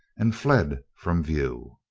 and fled from view.